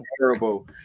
terrible